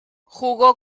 jugó